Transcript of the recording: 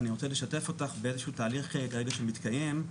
אני רוצה לשתף אותך באיזשהו תהליך שכרגע מתקיים.